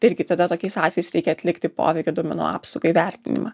tai irgi tada tokiais atvejais reikia atlikti poveikio duomenų apsaugai vertinimą